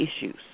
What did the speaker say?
issues